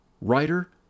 writer